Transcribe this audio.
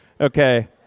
Okay